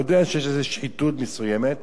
הוא יודע שיש איזה שחיתות מסוימת,